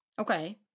Okay